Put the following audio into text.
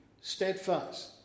steadfast